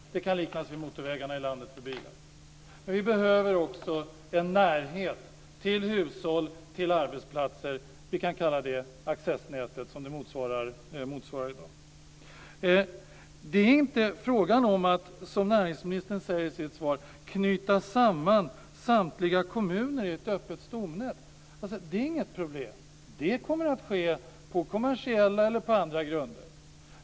Det kan liknas vid motorvägarna i landet för bilar. Vi behöver också en närhet till hushåll och arbetsplatser. Vi kan kalla det för accessnätet, som det motsvarar i dag. Det är inte fråga om att, som näringsministern säger i sitt svar, knyta samman samtliga kommuner i ett öppet stomnät. Det är inget problem. Det kommer att ske på kommersiella eller andra grunder.